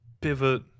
pivot